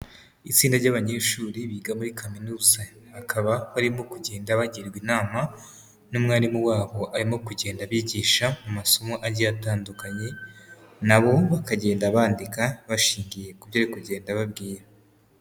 Itsinda ry'abanyeshuri biga muri Kaminuza, hakaba barimo kugenda bagirwa inama n'umwarimu wabo arimo kugenda abigisha amasomo agiye atandukanye, na bo bakagenda bandika bashingiye kubyo ari kugenda ababwira.